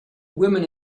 women